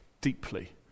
deeply